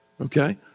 okay